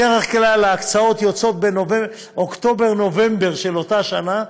בדרך כלל ההקצאות יוצאות באוקטובר-נובמבר של אותה שנה,